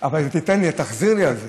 אבל אם תיתן לי, תחזיר לי על זה.